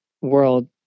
world